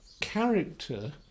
Character